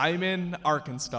i'm in arkansas